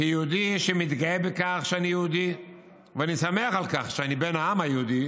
כיהודי שמתגאה בכך שאני יהודי ואני שמח על כך שאני בן העם היהודי,